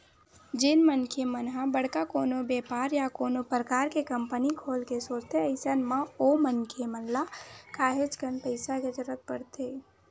जेन मनखे मन ह बड़का कोनो बेपार या कोनो परकार के कंपनी खोले के सोचथे अइसन म ओ मनखे मन ल काहेच कन पइसा के जरुरत परथे